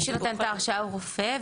מי שנותן את ההרשאה הוא רופא,